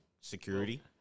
security